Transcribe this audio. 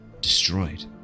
destroyed